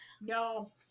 No